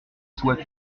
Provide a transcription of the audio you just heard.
soit